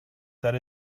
that